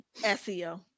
seo